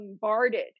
bombarded